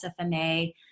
SFMA